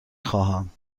خواهم